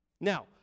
Now